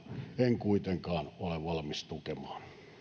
en kuitenkaan ole valmis tukemaan